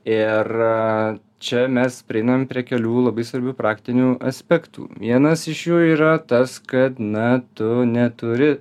ir čia mes prieinam prie kelių labai svarbių praktinių aspektų vienas iš jų yra tas kad na tu neturi